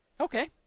Okay